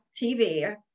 TV